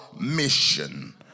mission